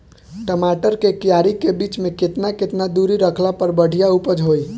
टमाटर के क्यारी के बीच मे केतना केतना दूरी रखला पर बढ़िया उपज होई?